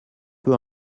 peu